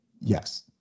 yes